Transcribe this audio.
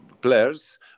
players